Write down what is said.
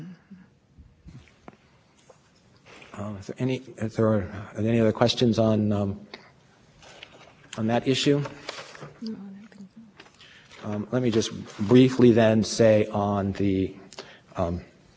on the issue of maintenance e p a did here in this case define which areas needed reductions from a point states in order to avoid maintenance problems they did an analysis modeling